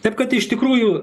taip kad iš tikrųjų